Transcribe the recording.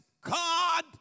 God